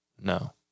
No